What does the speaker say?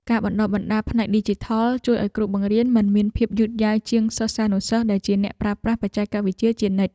ការបណ្តុះបណ្តាលផ្នែកឌីជីថលជួយឱ្យគ្រូបង្រៀនមិនមានភាពយឺតយ៉ាវជាងសិស្សានុសិស្សដែលជាអ្នកប្រើប្រាស់បច្ចេកវិទ្យាជានិច្ច។